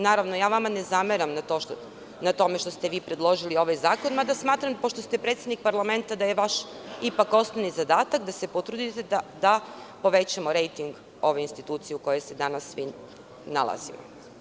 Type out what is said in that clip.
Naravno, ja vama ne zameram na tome što ste vi predložili ovaj zakon, mada smatram pošto ste predsednik parlamenta, da je vaš osnovni zadatak da se potrudite da povećamo rejting ove institucije u kojoj se danas svi nalazimo.